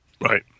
Right